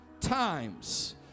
times